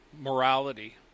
morality